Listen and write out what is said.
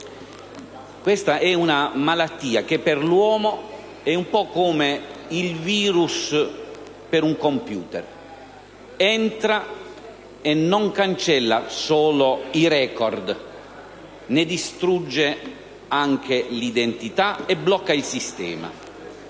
Questa è una malattia che per l'uomo è un po' come il virus per un computer: entra e non cancella solo i *record,* ne distrugge anche l'identità e blocca il sistema.